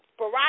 Barack